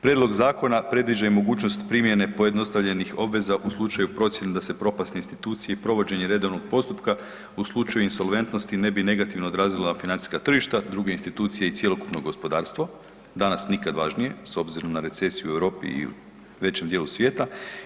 Prijedlog zakona predviđa i mogućnost primjene pojednostavljenih obveza u slučaju procjene da se propast institucije i provođenje redovnog postupka u slučaju insolventnosti ne bi negativno odrazila na financijska tržišta, druge institucije i cjelokupno gospodarstvo, danas nikad važnije s obzirom na recesiju u Europi i većem dijelu svijeta.